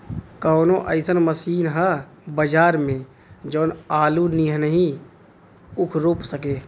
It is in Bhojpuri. कवनो अइसन मशीन ह बजार में जवन आलू नियनही ऊख रोप सके?